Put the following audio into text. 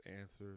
answers